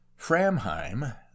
Framheim